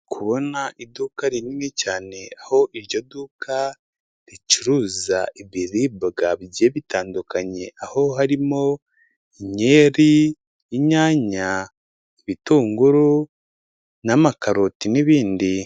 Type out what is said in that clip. Kubona iduka rinini cyane aho iryo duka ricuruza ibiribwa bigiye bitandukanye, aho harimo inkeri, inyanya, ibitunguru n'amakaroti n'ibindi.